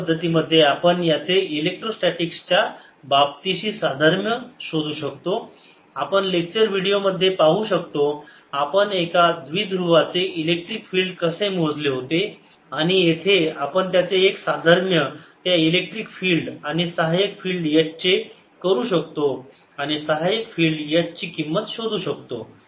पहिल्या पद्धतीमध्ये आपण याचे इलेक्ट्रोस्टॅटीक च्या बाबतीशी साधर्म्य जोडू शकतो आपण लेक्चर व्हिडिओ मध्ये पाहू शकतो आपण एका द्विध्रुवचे इलेक्ट्रिक फील्ड कसे मोजले होते आणि येथे आपण त्याचे एक साधर्म्य त्या इलेक्ट्रिक फील्ड आणि सहायक फिल्ड H चे करू शकतो आणि सहायक फिल्ड ची किंमत शोधू शकतो